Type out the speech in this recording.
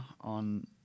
on